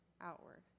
outward